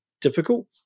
difficult